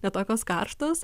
ne tokios karštos